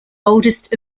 oldest